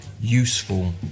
useful